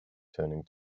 turning